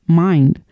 mind